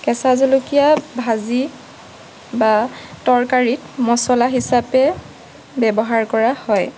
কেঁচা জলকীয়া ভাজি বা তৰকাৰীত মছলা হিচাপে ব্যৱহাৰ কৰা হয়